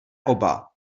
oba